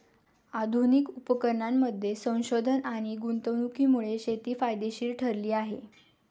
आधुनिक उपकरणांमध्ये संशोधन आणि गुंतवणुकीमुळे शेती फायदेशीर ठरली आहे